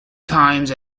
times